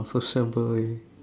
not sociable we